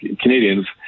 Canadians